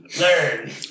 Learn